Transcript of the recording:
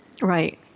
Right